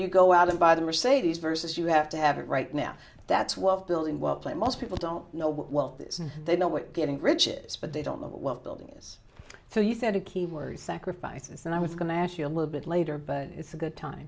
you go out and buy the mercedes versus you have to have it right now that's what building well play most people don't know what this they know what getting rich is but they don't know what a building is so you tend to keyword sacrifices and i was going to ask you a little bit later but it's a good time